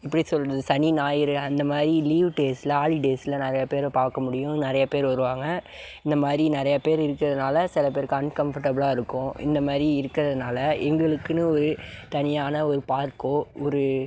எப்படி சொல்றது சனி ஞாயிறு அந்த மாதிரி லீவ் டேஸில் ஹாலிடேஸில் நிறையா பேரை பார்க்க முடியும் நிறைய பேர் வருவாங்க இந்த மாதிரி நிறைய பேர் இருக்கிறதுனால சில பேருக்கு அன்கம்ஃபர்டபுளாக இருக்கும் இந்த மாதிரி இருக்கிறதுனால எங்களுக்குன்னு ஒரு தனியான ஒரு பார்க்கோ ஒரு